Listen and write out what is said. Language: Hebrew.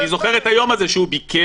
אני זוכר את היום הזה שהוא ביקש,